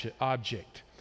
object